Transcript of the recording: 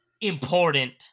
important